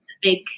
big